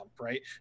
right